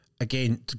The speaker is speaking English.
Again